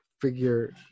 figure